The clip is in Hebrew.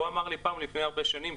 לפני הרבה שנים,